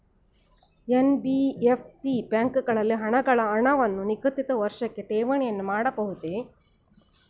NBFC ಬ್ಯಾಂಕುಗಳಲ್ಲಿ ಹಣವನ್ನು ನಿಗದಿತ ವರ್ಷಕ್ಕೆ ಠೇವಣಿಯನ್ನು ಇಡಬಹುದೇ?